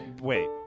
Wait